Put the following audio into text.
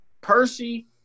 Percy